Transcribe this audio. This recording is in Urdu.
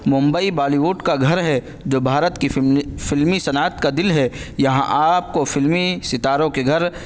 ممبئی بالی وڈ کا گھر ہے جو بھارت کی فلمی صنعت کا دل ہے یہاں آپ کو فلمی ستاروں کے گھر